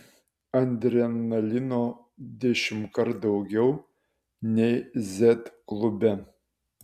adrenalino dešimtkart daugiau nei z klube